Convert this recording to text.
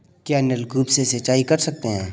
क्या नलकूप से सिंचाई कर सकते हैं?